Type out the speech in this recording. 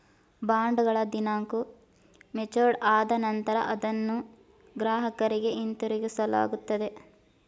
ಬಾಂಡ್ಗಳ ದಿನಾಂಕ ಮೆಚೂರ್ಡ್ ಆದ ನಂತರ ಅದನ್ನ ಗ್ರಾಹಕರಿಗೆ ಹಿಂತಿರುಗಿಸಲಾಗುತ್ತದೆ